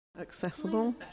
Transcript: accessible